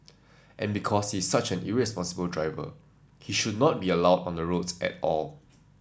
and because he's such an irresponsible driver he should not be allowed on the roads at all